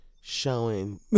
showing